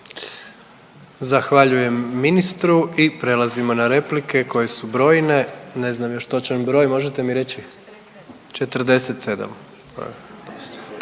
Zahvaljujem ministru i prelazimo na replike koje su brojne, ne znam još točan broj, možete mi reći